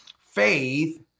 Faith